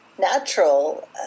natural